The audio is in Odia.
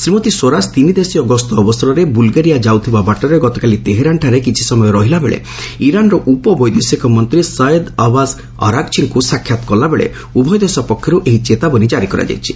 ଶ୍ରୀମତୀ ସ୍ୱରାଜ ତିନିଦେଶୀୟ ଗସ୍ତ ଅବସରରେ ବୁଲ୍ଗେରିଆ ଯାଉଥିବା ବାଟରେ ଗତକାଲି ତେହେରାନ୍ଠାରେ କିଛି ସମୟ ରହିଲାବେଳେ ଇରାନ୍ର ଉପବୈଦେଶିକ ମନ୍ତ୍ରୀ ସୟଦ୍ ଅବାସ୍ ଅରାଘ୍ଛିଙ୍କ ସାକ୍ଷାତ୍ କଲାବେଳେ ଉଭୟ ଦେଶ ପକ୍ଷର୍ ଏହି ଚେତାବନୀ କ୍କାରି କରାଯାଇଛି